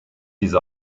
diese